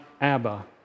Abba